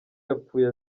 yapfuye